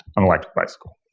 an electrical bicycle.